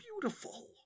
beautiful